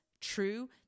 true